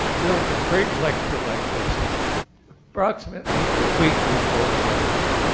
there was a great lecture like this approximately a week before the loma prieta.